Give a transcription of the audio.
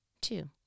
Two